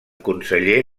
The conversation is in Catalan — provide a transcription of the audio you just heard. conseller